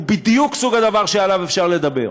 הוא בדיוק סוג הדבר שעליו אפשר לדבר,